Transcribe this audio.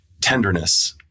tenderness